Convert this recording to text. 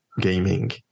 gaming